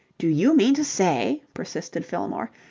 do you mean to say, persisted fillmore,